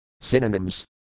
Synonyms